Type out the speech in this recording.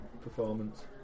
performance